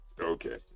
Okay